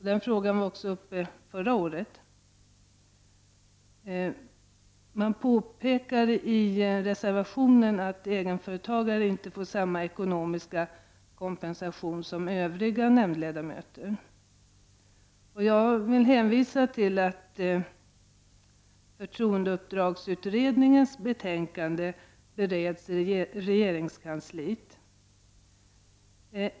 Den frågan var också uppe förra året. I reservationen påpekas att egenföretagare inte får samma ekonomiska kompensation som övriga nämndledamöter. Jag vill då hänvisa till att förtroendeuppdragsutredningens betänkande bereds i regeringskansliet.